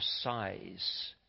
size